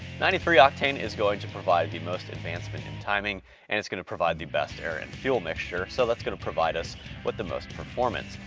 ninety three octane is going to provide the most advancement in timing and it's gonna provide the best air and fuel mixture, so that's gonna provide us with the most performance.